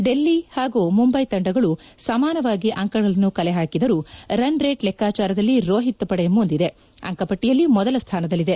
ಡೆಲ್ಲಿ ಹಾಗೂ ಮುಂಬೈ ತಂಡಗಳು ಸಮಾನವಾಗಿ ಅಂಕಗಳನ್ನು ಕಲೆ ಹಾಕಿದರೂ ರನ್ ರೇಟ್ ಲೆಕ್ಕಾಚಾರದಲ್ಲಿ ರೋಹಿತ್ ಪಡೆ ಮುಂದಿದೆ ಅಂಕ ಪಟ್ಟಿಯಲ್ಲಿ ಮೊದಲ ಸ್ವಾನದಲ್ಲಿದೆ